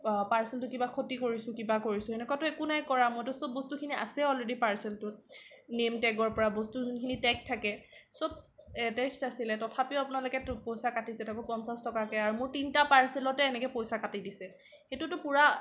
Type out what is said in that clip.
পাৰ্চেলটো কিবা ক্ষতি কৰিছোঁ কিবা কৰিছোঁ সেনেকুৱাটো একো নাই কৰা মইতো চব বস্তুখিনি আছেই অলৰেডি পাৰ্চেলটোত নেম টেগৰ পৰা বস্তু যোনখিনি টেগ থাকে চব এটেষ্ট আছিলে তথাপিও আপোনালোকেতো পইচা কাটিছে তাকো পঞ্চাছ টকাকৈ মোৰ তিনিটা পাৰ্চেলতে এনেকৈ পইচা কাটি দিছে সেইটোতো পূৰা